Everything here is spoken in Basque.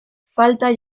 falta